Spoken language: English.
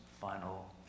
final